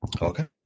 Okay